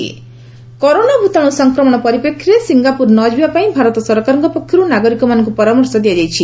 ଗଭ୍ corona advisory corona ଭୂତାଣୁ ସଂକ୍ରମଣ ପରିପ୍ରେକ୍ଷୀରେ ସିଙ୍ଗାପୁର ନଯିବା ପାଇଁ ଭାରତ ସରକାରଙ୍କ ପକ୍ଷରୁ ନାଗରିକମାନଙ୍କୁ ପରାମର୍ଶ ଦିଆଯାଇଛି